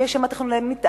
אם יש שם תוכנית מיתאר,